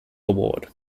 award